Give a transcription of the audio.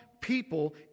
people